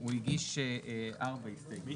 הוא הגיש ארבע הסתייגויות,